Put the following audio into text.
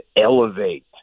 elevate